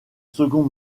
second